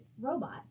robot